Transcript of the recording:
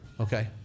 okay